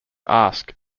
ask